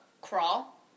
Crawl